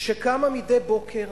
שקמה מדי בוקר